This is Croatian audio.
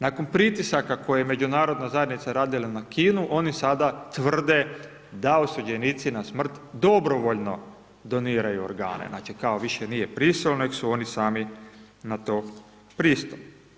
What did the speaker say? Nakon pritisaka koje je međunarodna zajednica radila na Kinu, oni sada tvrde da osuđenici na smrt dobrovoljno doniraju organe, znači kao više nije prisilno nego su oni sami na to pristali.